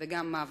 וגם מוות.